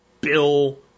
Bill